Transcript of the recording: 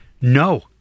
No